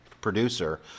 producer